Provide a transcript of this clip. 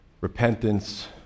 repentance